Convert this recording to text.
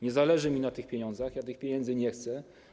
Nie zależy mi na tych pieniądzach, ja tych pieniędzy nie chcę.